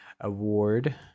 Award